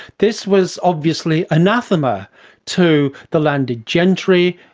this was obviously anathema to the landed gentry,